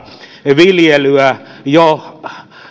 viljely jo